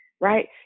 Right